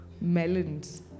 melons